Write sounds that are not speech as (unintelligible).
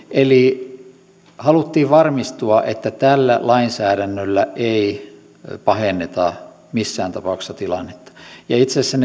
eli haluttiin varmistua että tällä lainsäädännöllä ei pahenneta missään tapauksessa tilannetta itse asiassa (unintelligible)